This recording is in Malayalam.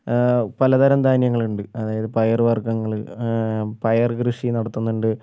പലതരം ധാന്യങ്ങളുണ്ട് അതായത് പയറ് വർഗ്ഗങ്ങള് പയറ് കൃഷി നടത്തുന്നുണ്ട്